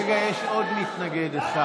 כרגע יש עוד מתנגד אחד.